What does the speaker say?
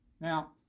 now